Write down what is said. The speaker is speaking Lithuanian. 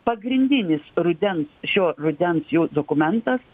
pagrindinis rudens šio rudens jų dokumentas